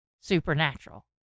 supernatural